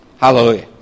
Hallelujah